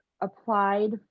applied